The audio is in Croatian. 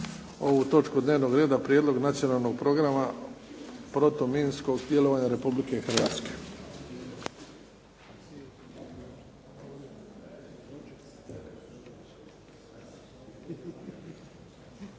podržat će ovaj Prijedlog Nacionalnog programa protuminskog djelovanja Republike Hrvatske.